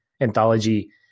anthology